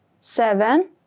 Seven